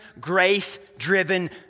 grace-driven